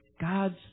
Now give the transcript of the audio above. God's